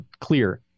clear